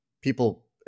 people